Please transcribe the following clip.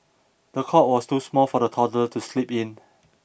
the cot was too small for the toddler to sleep in